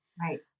Right